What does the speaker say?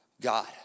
God